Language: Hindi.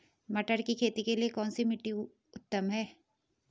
मटर की खेती के लिए कौन सी मिट्टी उत्तम है?